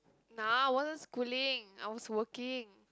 now wasn't schooling I was working